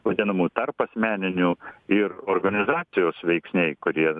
vadinamų tarpasmeninių ir organizacijos veiksniai kurie